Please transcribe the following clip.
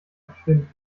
verschwinden